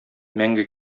мәңге